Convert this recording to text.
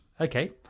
Okay